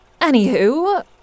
Anywho